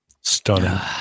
Stunning